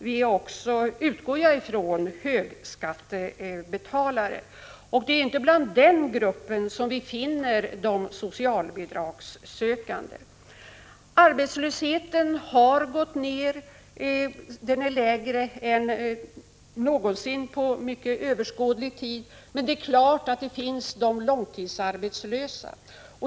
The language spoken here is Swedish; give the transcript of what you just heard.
Vi är också, utgår jag från, högskattebetalare. Det är inte i den gruppen vi finner de socialbidragssökande. Arbetslösheten har gått ner. Den är lägre än den varit under överskådlig tid. Vi har dock ett antal långtidsarbetslösa.